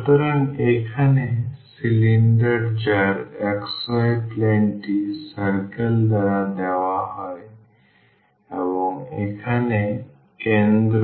সুতরাং এখানে সিলিন্ডার যার xy plane টি circle দ্বারা দেওয়া হয় এবং এখানে কেন্দ্র